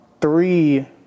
Three